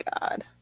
God